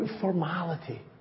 formality